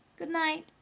good night,